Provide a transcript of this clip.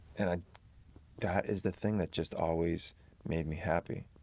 and ah that is the thing that just always made me happy.